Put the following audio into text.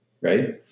Right